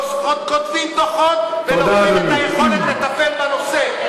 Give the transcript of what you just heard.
עוד כותבים דוחות ולוקחים את היכולת לטפל בנושא,